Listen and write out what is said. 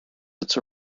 its